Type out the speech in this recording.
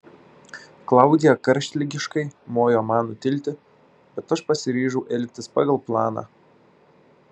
klaudija karštligiškai mojo man nutilti bet aš pasiryžau elgtis pagal planą